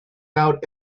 out